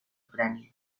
ucrania